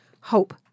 Hope